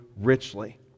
richly